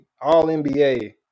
all-NBA